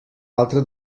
altre